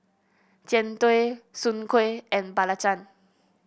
Jian Dui Soon Kuih and belacan